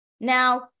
Now